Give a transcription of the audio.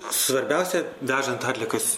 svarbiausia vežant atliekas